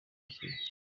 ryuzuye